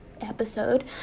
episode